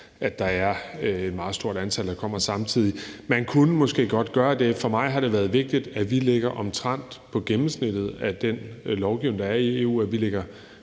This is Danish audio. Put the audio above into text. at der er et meget stort antal, der kommer samtidig. Man kunne måske godt gøre det. For mig har det været vigtigt, at vi ligger omtrent på gennemsnittet af den lovgivning, der er i EU; at vi ligger